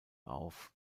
auf